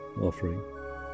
offering